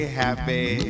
happy